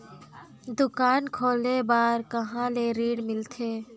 दुकान खोले बार कहा ले ऋण मिलथे?